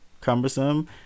cumbersome